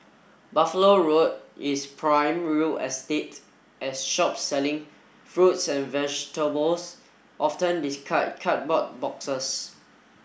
Buffalo Road is prime real estate as shops selling fruits and vegetables often discard cardboard boxes